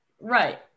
Right